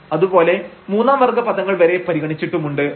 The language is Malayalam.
അതുപോലെ മൂന്നാം വർഗ പദങ്ങൾ വരെ പരിഗണിച്ചിട്ടുമുണ്ട്